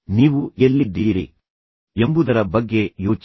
ನೀವು ಎಲ್ಲಿದ್ದೀರಿ ಎಂಬುದರ ಬಗ್ಗೆ ಯೋಚಿಸಿ